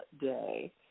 day